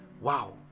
wow